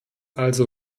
also